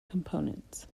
components